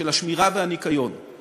של השמירה והניקיון,